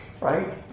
right